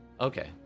Okay